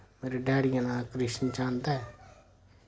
मेरे डैडी दा नां कृष्ण चंद ऐ